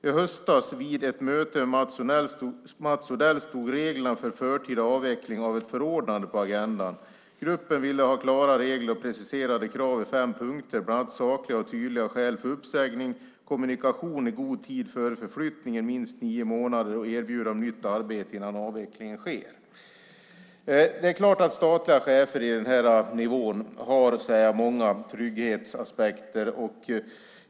I höstas vid ett möte med Mats Odell stod reglerna för förtida avveckling av ett förordnande på agendan. Gruppen vill ha klara regler och preciserade krav i fem punkter, bland annat sakliga och tydliga skäl för uppsägning, kommunikation i god tid före förflyttningen, minst nio månader, och erbjudande om nytt arbete innan avvecklingen sker." Det är klart att det finns många trygghetsaspekter när det gäller statliga chefer på den här nivån.